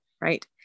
right